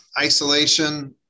Isolation